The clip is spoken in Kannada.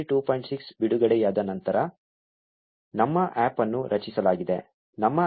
6 ಬಿಡುಗಡೆಯಾದ ನಂತರ ನಮ್ಮ APP ಅನ್ನು ರಚಿಸಲಾಗಿದೆ ನಮ್ಮ APP ಆವೃತ್ತಿ 2